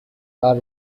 are